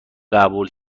قبول